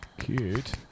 Cute